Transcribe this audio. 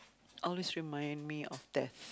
always remind me of death